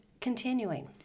continuing